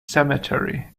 cemetery